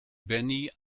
benny